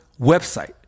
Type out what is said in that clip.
website